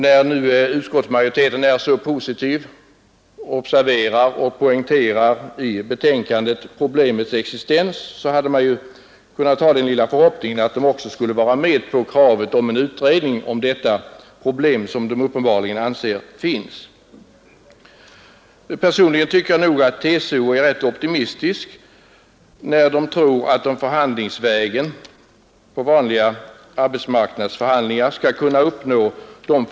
När nu utskottets majoritet är så positiv och i betänkandet poängterar problemets existens, hade man kunnat hysa den lilla förhoppningen att den också skulle vara med på kravet om en utredning kring ett problem som den uppenbarligen anser finns. Personligen tycker jag nog att TCO är optimistisk när man tror att det skall vara möjligt att genom vanliga arbetsmarknadsförhandlingar kunna uppnå målet.